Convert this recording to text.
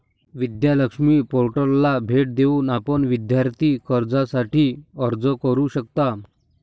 विद्या लक्ष्मी पोर्टलला भेट देऊन आपण विद्यार्थी कर्जासाठी अर्ज करू शकता